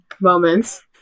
moments